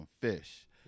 fish